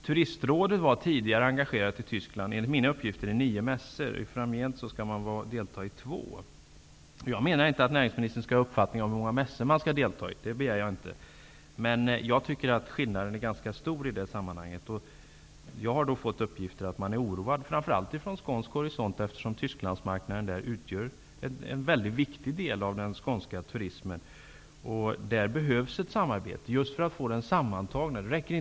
Turistrådet var enligt uppgift tidigare engagerat på nio mässor i Tyskland. Framgent skall man delta vid två. Jag begär inte att näringsministern skall ha en uppfattning om hur många mässor som man skall delta vid, men jag menar att detta är en ganska stor skillnad. Jag har fått den uppgiften att man är oroad, framför allt från skånsk horisont, eftersom Tysklandsmarknaden utgör en mycket viktig del av den skånska turismen. Det behövs ett samarbete för att få en samlad effekt.